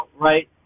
right